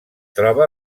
troba